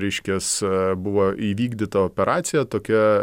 reiškias buvo įvykdyta operacija tokia